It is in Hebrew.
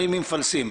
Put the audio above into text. אני ממפלסים.